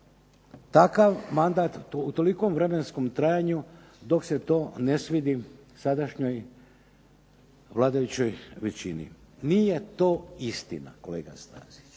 takav mandat u tolikom vremenom trajanju dok se to ne svidi sadašnjoj vladajućoj većini. Nije to istina kolega Stazić